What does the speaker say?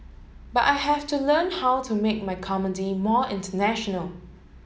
but I have to learn how to make my comedy more international